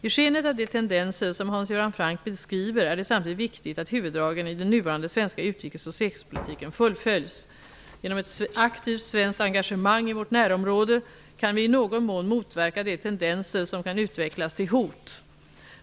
I skenet av de tendenser som Hans Göran Franck beskriver är det samtidigt viktigt att huvuddragen i den nuvarande svenska utrikes och säkerhetspolitiken fullföljs. Genom ett aktivt svenskt engagemang i vårt närområde kan vi i någon mån motverka de tendenser som kan utvecklas till hot.